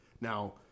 now